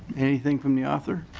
anything from the author?